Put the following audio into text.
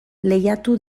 lehiatu